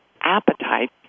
appetite